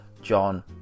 John